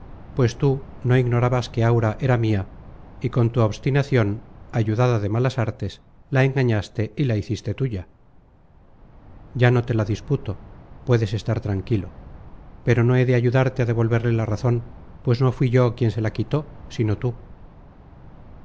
pues tú no ignorabas que aura era mía y con tu obstinación ayudada de malas artes la engañaste y la hiciste tuya ya no te la disputo puedes estar tranquilo pero no he de ayudarte a devolverle la razón pues no fui yo quien se la quitó sino tú